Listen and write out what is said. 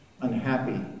unhappy